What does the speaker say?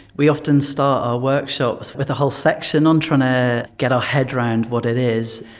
we often start our workshops with a whole section on trying to get our head around what it is.